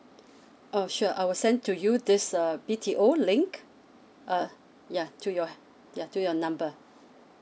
uh sure I will send to you this B_T_O link uh ya to your ya to your number